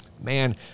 man